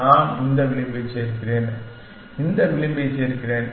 நான் இந்த விளிம்பைச் சேர்க்கிறேன் இந்த விளிம்பைச் சேர்க்கிறேன்